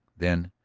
then,